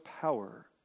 power